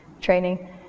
training